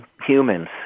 humans